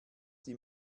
die